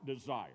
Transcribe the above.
desire